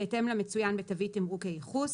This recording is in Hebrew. בהתאם למצוין בתווית תמרוק הייחוס,